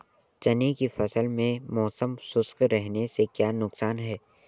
चने की फसल में मौसम शुष्क रहने से क्या नुकसान है?